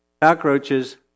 Cockroaches